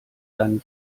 dann